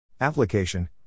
Application